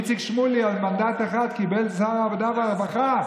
איציק שמולי עם מנדט אחד קיבל שר עבודה ורווחה.